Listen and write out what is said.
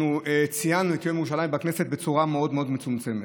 ציינו את יום ירושלים בכנסת בצורה מאוד מאוד מצומצמת,